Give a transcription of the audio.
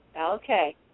Okay